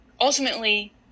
ultimately